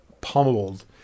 pummeled